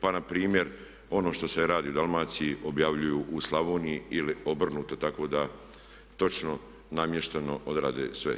Pa npr. ono što se radi u Dalmaciji objavljuju u Slavoniji ili obrnuto tako da točno namješteno odrade sve.